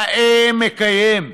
נאה מקיים,